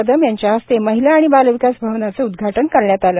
कदम यांच्या हस्ते महिला आणि बालविकास भवनचं उद्घाटन करण्यात आलं